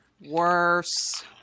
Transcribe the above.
worse